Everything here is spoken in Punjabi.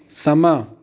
ਸਮਾਂ